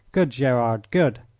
good, gerard, good!